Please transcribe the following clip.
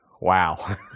Wow